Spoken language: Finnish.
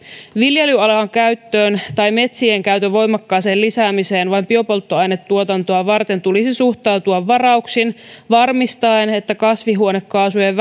viljelyalan käyttöön tai metsien käytön voimakkaaseen lisäämiseen vain biopolttoainetuotantoa varten tulisi suhtautua varauksin varmistaen että kasvihuonekaasujen